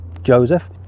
joseph